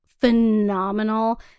Phenomenal